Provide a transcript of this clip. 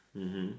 mmhmm